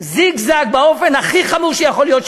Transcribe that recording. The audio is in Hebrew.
זיגזג באופן הכי חמור שיכול להיות.